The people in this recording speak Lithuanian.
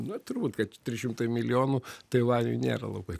na turbūt kad trys šimtai milijonų taivaniui nėra labai